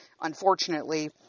unfortunately